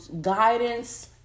guidance